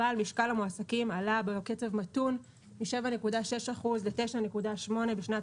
אבל משקל המועסקים עלה בקצב מתון: מ-7.6% ל-9.8% בשנת